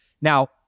Now